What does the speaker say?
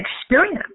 experience